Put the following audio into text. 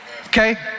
Okay